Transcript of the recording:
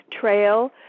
trail